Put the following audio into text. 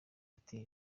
ati